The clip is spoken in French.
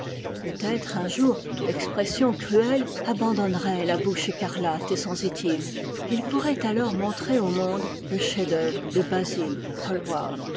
être un jour l'expression cruelle abandonnerait la bouche écarlate et sensitive et il pourrait alors montrer au monde le chef-d'œuvre de basil